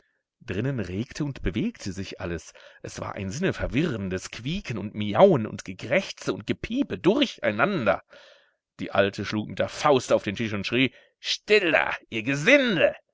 drinnen regte und bewegte sich alles es war ein sinne verwirrendes quieken und miauen und gekrächze und gepiepe durcheinander die alte schlug mit der faust auf den tisch und schrie still da ihr gesindel